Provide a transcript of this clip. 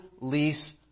lease